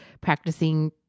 practicing